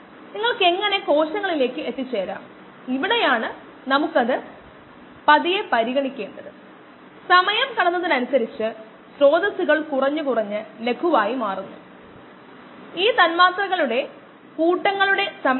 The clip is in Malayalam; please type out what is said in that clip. നമ്മൾ പ്രവർത്തനക്ഷമമായ കോശങ്ങളുടെ സാന്ദ്രതയിൽ 10 മടങ്ങ് കുറയ്ക്കുന്നതിന് എടുത്ത സമയത്തെ ഡെസിമൽ റിഡക്ഷൻ ടൈം എന്ന് വിളിക്കുന്നു ഇത് സാധാരണയായി മൂലധന D ആയി പ്രകടിപ്പിക്കുന്നു